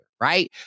right